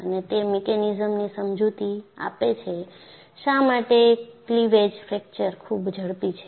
અને તે મિકેનિઝમ્સની સમજૂતી આપે છે શા માટે ક્લીવેજ ફ્રેક્ચર ખૂબ ઝડપી છે